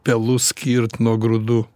pelus skirt nuo grūdų